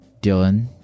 Dylan